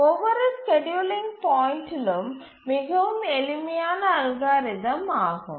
ஒவ்வொரு ஸ்கேட்யூலிங் பாயிண்ட்டிலும் மிகவும் எளிமையான அல்காரிதம் யாகும்